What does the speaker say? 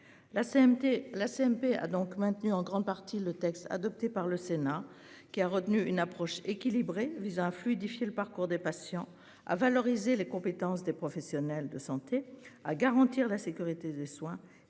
la CMP a donc maintenu en grande partie le texte adopté par le Sénat qui a retenu une approche équilibrée visant à fluidifier le parcours des patients à valoriser les compétences des professionnels de santé à garantir la sécurité des soins et à conserver le rôle